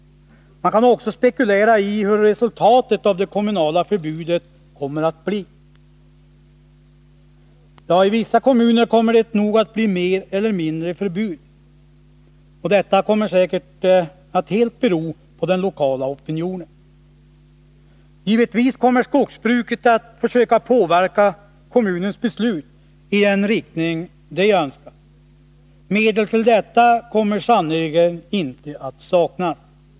Man kan också spekulera i vilket resultatet av det kommunala förbudet kommer att bli. I vissa kommuner kommer det nog att bli mer eller mindre förbbd — det kommer säkert att helt bero på den lokala opinionen. Givetvis kommer skogsbruket att försöka påverka kommunens beslut i den riktning man där önskar; medel till detta kommer sannerligen inte att saknas.